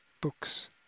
books